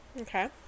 Okay